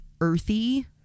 earthy